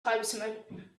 tribesman